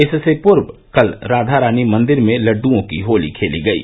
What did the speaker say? इससे पूर्व कल राधा रानी मंदिर में लड़डूओं की होली खेली गयी